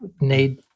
need